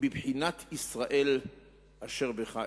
בבחינת "ישראל אשר בך אתפאר".